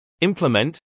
Implement